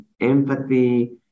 empathy